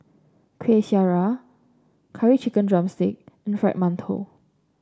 Kueh Syara Curry Chicken drumstick and Fried Mantou